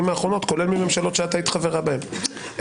האחרונות כולל מממשלות שהיית חברה בהן.